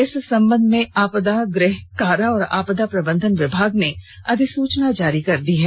इस संबंध में आपदा गृह कारा और आपदा प्रबंधन विभाग ने अधिसूचना जारी कर दी है